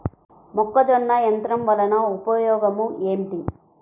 మొక్కజొన్న యంత్రం వలన ఉపయోగము ఏంటి?